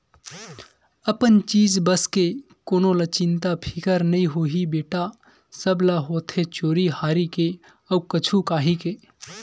अपन चीज बस के कोन ल चिंता फिकर नइ होही बेटा, सब ल होथे चोरी हारी के अउ कुछु काही के